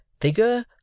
figure